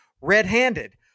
red-handed